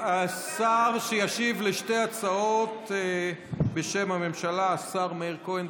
השר שישיב על שתי ההצעות בשם הממשלה הוא השר מאיר כהן,